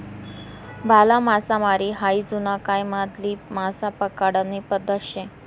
भाला मासामारी हायी जुना कायमाधली मासा पकडानी पद्धत शे